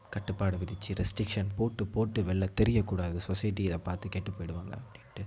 கட்டுப்பாடு விதித்து ரெஸ்ட்ரிக்ஷன் போட்டு போட்டு வெளியில் தெரியக்கூடாது சொசைட்டி இதை பார்த்து கெட்டு போயிடுவாங்க அப்படின்ட்டு